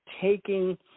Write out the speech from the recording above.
taking